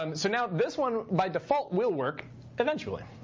um so now this one by default will work eventually.